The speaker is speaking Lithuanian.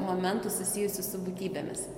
momentų susijusių su būtybėmis